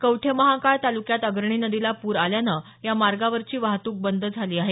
कवठेमहांकाळ तालुक्यात अग्रणी नदीला पूर आल्यानं या मार्गावरची वाहतूक बंद झाली आहे